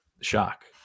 shock